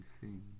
sing